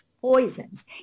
poisons